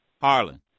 Harlan